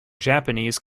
japanese